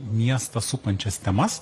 miestą supančias temas